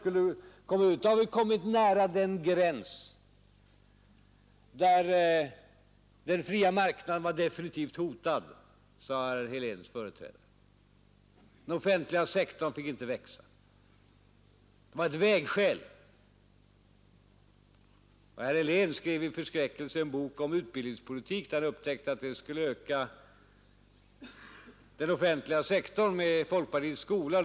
Då hade vi kommit nära den gräns där den fria marknaden var definitivt hotad, sade herr Heléns företrädare. Den offentliga sektorn fick inte växa. Det var ett vägskäl. Och herr Helén skrev i förskräckelse en bok om utbildningspolitik, där han upptäckte att utbildningspolitiken skulle öka den offentliga sektorn med folkpartiets skola.